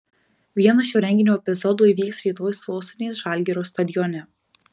vienas šio renginio epizodų įvyks rytoj sostinės žalgirio stadione